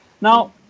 Now